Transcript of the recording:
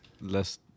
less